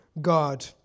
God